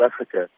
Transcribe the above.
Africa